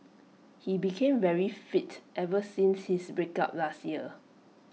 he became very fit ever since his breakup last year